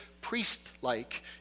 priest-like